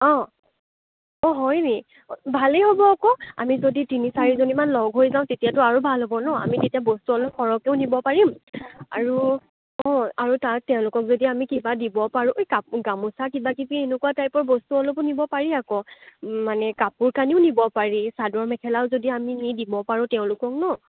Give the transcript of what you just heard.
অ অ হয়নি ভালেই হ'ব আকৌ আমি যদি তিনি চাৰিজনীমান লগ হৈ যাওঁ তেতিয়াতো আৰু ভাল হ'ব ন' আমি তেতিয়া বস্তু অলপ সৰহকৈও নিব পাৰিম আৰু অ আৰু তাত তেওঁলোকক যদি আমি কিবা দিব পাৰোঁ এই কা গামোচা কিবা কিবি এনেকুৱা টাইপৰ বস্তু অলপো নিব পাৰি আকৌ মানে কাপোৰ কানিও নিব পাৰি চাদৰ মেখেলাও যদি আমি নি দিব পাৰোঁ তেওঁলোকক ন'